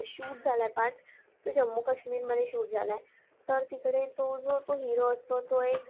shoot झाला आहे part तो जम्मू काश्मीरमध्ये शूट झाला आहे तर तिकडे तो जो तो हिरो असतो तो एक